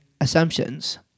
assumptions